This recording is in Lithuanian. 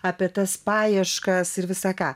apie tas paieškas ir visa ką